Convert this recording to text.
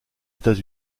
états